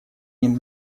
ним